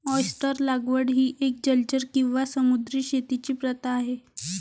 oyster लागवड ही एक जलचर किंवा समुद्री शेतीची प्रथा आहे